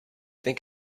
think